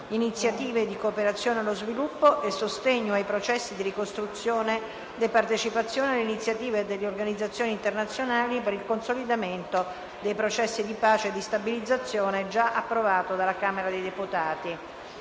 iniziative di cooperazione allo sviluppo e sostegno ai processi di ricostruzione e partecipazione alle iniziative delle Organizzazioni internazionali per il consolidamento dei processi di pace e di stabilizzazione